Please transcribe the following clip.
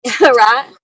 right